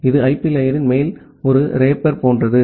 இது ஐபி லேயரின் மேல் ஒரு ரேப்பர் போன்றது